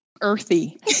Earthy